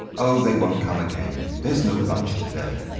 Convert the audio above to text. oh, they wont come again theres no lunch to-day.